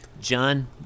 John